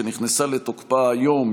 שנכנסה לתוקפה היום,